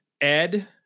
Ed